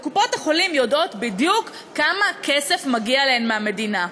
וקופות-החולים יודעות בדיוק כמה כסף מגיע להן מהמדינה.